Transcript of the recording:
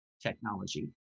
technology